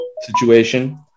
situation